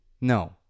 No